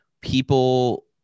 people